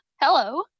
hello